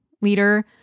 leader